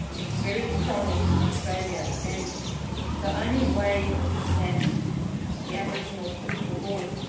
it's very strong in australia, and the only way that the aboriginal people will.